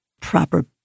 Proper